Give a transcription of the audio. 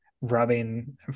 rubbing